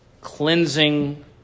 cleansing